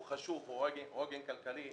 הוא חשוב והוא עוגן כלכלי.